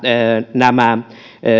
nämä